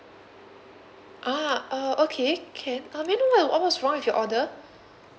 ah uh okay can uh maybe what you what was wrong with your order